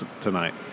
tonight